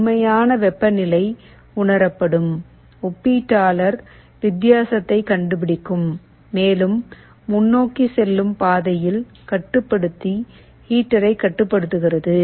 உண்மையான வெப்பநிலை உணரப்படும் ஒப்பீட்டாளர் வித்தியாசத்தைக் கண்டுபிடிக்கும் மேலும் முன்னோக்கி செல்லும் பாதையில் கட்டுப்படுத்தி ஹீட்டரைக் கட்டுப்படுத்துகிறது